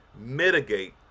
mitigate